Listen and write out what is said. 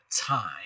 time